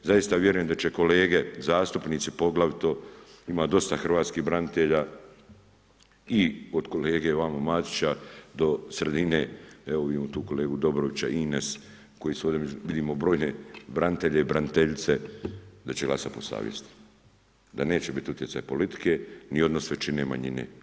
Zaista vjerujem da će kolege zastupnici poglavito, ima dosta hrvatskih branitelja i od kolege ovamo Matića do sredine, evo vidimo tu kolegu Dobrovića, Ines, koji su ovdje među, vidimo brojne branitelje i braniteljice, da će glasat po savjesti, da neće biti utjecaja politike ni odnos većine-manjine.